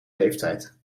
leeftijd